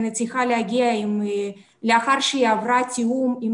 היא צריכה להגיע לאחר שהיא עברה תיאום עם